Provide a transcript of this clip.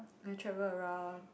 and travel around